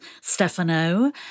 Stefano